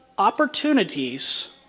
opportunities